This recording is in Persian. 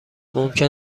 ممکن